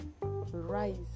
rise